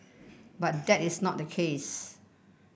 but that is not the case